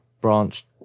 branch